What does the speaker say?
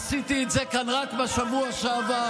עשיתי את זה כאן רק בשבוע שעבר,